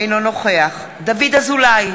אינו נוכח דוד אזולאי,